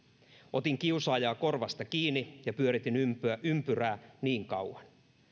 otin kiusaajaa korvasta kiinni ja pyöritin ympyrää ympyrää niin kauan